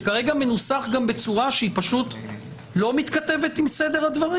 שכרגע גם מנוסח בצורה שלא מתכתבת עם סדר הדברים.